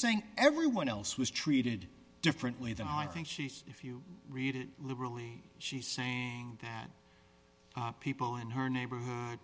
saying everyone else was treated differently than i think she is if you read it literally she's saying that people in her neighborhood